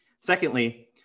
Secondly